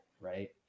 right